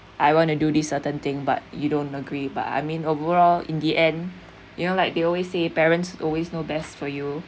I wanna do this certain thing but you don't agree but I mean overall in the end you know like they always say parents always know best for you